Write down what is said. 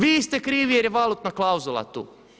Vi ste krivi jer je valutna klauzula tu.